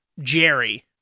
Jerry